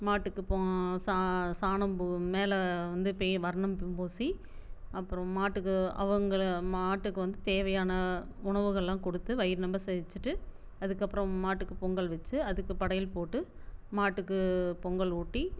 மாட்டுக்கு போ சா சாணம் பூ மேலே வந்து பெ வர்ணம்பூசி அப்புறம் மாட்டுக்கு அவங்கள மாட்டுக்கு வந்து தேவையான உணவுகள் எல்லாம் கொடுத்து வயிறுநொம்ப செஞ்சிவிட்டு அதுக்கப்புறம் மாட்டுக்கு பொங்கல் வச்சு அதுக்கு படையல் போட்டு மாட்டுக்கு பொங்கல் ஊட்டி